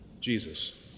Jesus